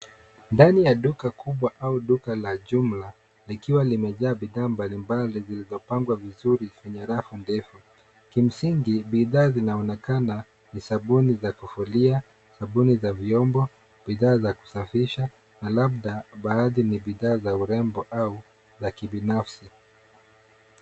Ndani ya duka kubwa au duka la jumla, likiwa limejaa bidhaa mbali mbali, zilizopangwa vizuri kwenye rafu ndefu. Ki msingi, bidhaa zinaonekana ni sabuni za kufulia, sabuni za vyombo, bidhaa za kusafisha, na labda baadhi ni bidhaa za urembo au za kibinafsi.